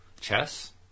Chess